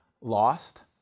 Lost